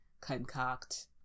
concoct